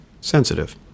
Sensitive